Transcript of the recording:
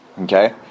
Okay